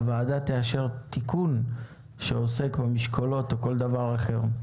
הוועדה תאשר תיקון שעוסק במשקלות או כל דבר אחר.